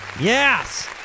Yes